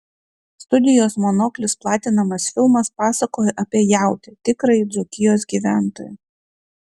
studijos monoklis platinamas filmas pasakoja apie jautį tikrąjį dzūkijos gyventoją